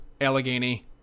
Allegheny